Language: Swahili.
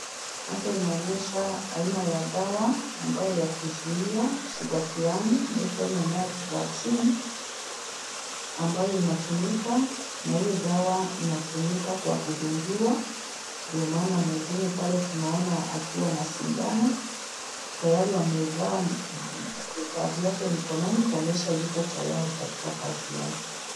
Hapa inaonyesha aina ya dawa ambayo ya kuzuia shida fulani inaitwa MMR vaccine . ambayo Inatumika na hiyo dawa inatumika kwa kudungiwa, ndio maana mhudumu pale tunaona akiwa na sindano, tayari ameivaa vifaa vyake mikononi kuonyesha yuko tayari katika kazi yake.